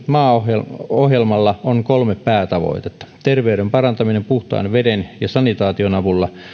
maaohjelmalla on kolme päätavoitetta terveyden parantaminen puhtaan veden ja sanitaation avulla